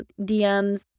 DMs